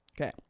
Okay